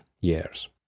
years